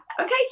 Okay